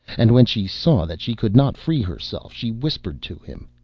and when she saw that she could not free herself, she whispered to him,